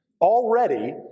Already